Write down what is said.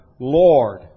Lord